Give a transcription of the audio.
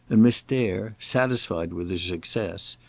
and miss dare, satisfied with her success,